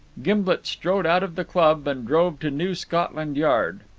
gimblet strode out of the club and drove to new scotland yard.